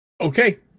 Okay